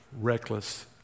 reckless